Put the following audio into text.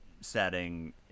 setting